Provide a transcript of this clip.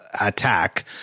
attack